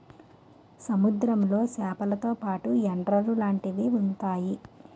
సముద్రంలో సేపలతో పాటు ఎండ్రలు లాంటివి ఉంతాయి